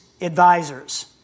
advisors